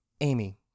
Amy